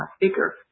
bigger